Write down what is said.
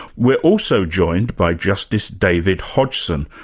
we're also joined by justice david hodgson,